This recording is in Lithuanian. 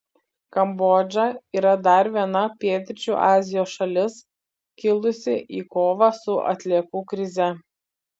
kambodža yra dar viena pietryčių azijos šalis kilusi į kovą su atliekų krize